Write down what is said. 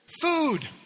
food